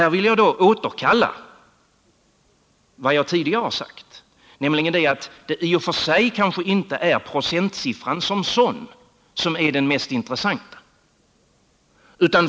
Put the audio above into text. Här vill jag återkomma till vad jag tidigare sagt, nämligen att det i och för sig kanske inte är procentsiffran som sådan som är det mest intressanta.